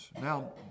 Now